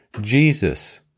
Jesus